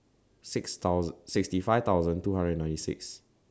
sixty thousand sixty five thousand two hundred and ninety six